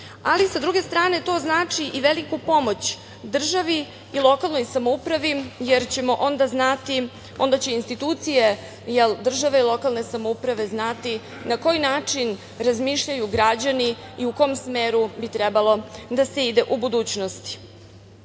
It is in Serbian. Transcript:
Sa druge strane, to znači i veliku pomoć državi i lokalnoj samoupravi, jer ćemo onda znati, onda će institucije države i lokalne samouprave znati na koji način razmišljaju građani i u kom smeru bi trebalo da se ide u budućnosti. Smatram